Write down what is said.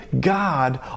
God